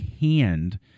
hand